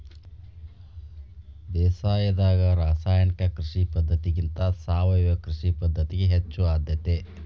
ಬೇಸಾಯದಾಗ ರಾಸಾಯನಿಕ ಕೃಷಿ ಪದ್ಧತಿಗಿಂತ ಸಾವಯವ ಕೃಷಿ ಪದ್ಧತಿಗೆ ಹೆಚ್ಚು ಆದ್ಯತೆ